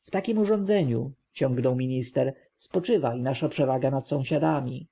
w takiem urządzeniu ciągnął minister spoczywa i nasza przewaga nad sąsiadami